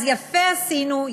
אז יפה עשינו,